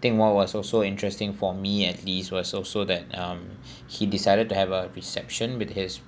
think what was also interesting for me at least was also that um he decided to have a reception with his